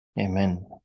Amen